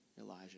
Elijah